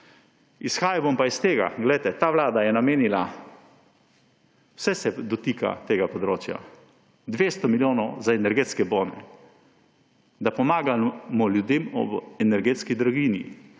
Izhajal bom pa iz tega. Glejte, ta vlada je namenila – vse se dotika tega področja – 200 milijonov za energetske bone, da pomagamo ljudem ob energetski draginji.